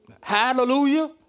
Hallelujah